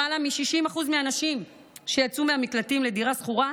למעלה מ-60% מהנשים שיצאו מהמקלטים לדירה שכורה,